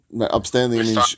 upstanding